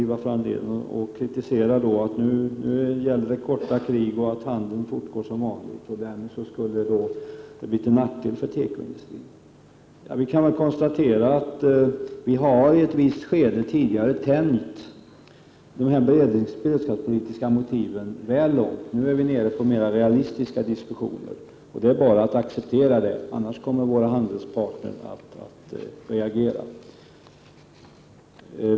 Han kritiserar att man har sagt att det, om det blir krig, blir fråga om korta krig, att handeln kommer att fortgå som vanligt och att detta därmed skulle vara till nackdel för tekoindustrin. Vi kan konstatera att vi i ett visst skede tidigare har tänjt ut de beredskapspolitiska motiven väl långt. Nu för vi mer realistiska diskussioner. Det är bara att acceptera detta, annars kommer våra handelspartner att reagera.